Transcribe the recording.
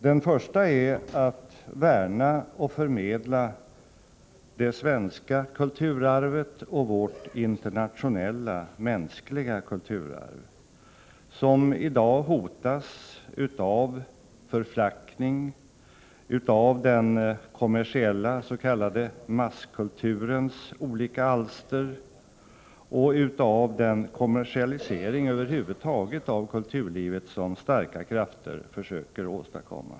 Den första är att värna och förmedla det svenska kulturarvet och vårt internationella mänskliga kulturarv, som i dag hotas av förflackning genom den kommersiella s.k. masskulturens olika alster och genom den kommersialisering över huvud taget av kulturlivet som starka krafter försöker åstadkomma.